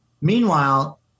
Meanwhile